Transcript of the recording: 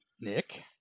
Nick